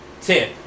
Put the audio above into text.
tip